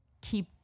keep